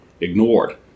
ignored